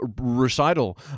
recital